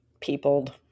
Peopled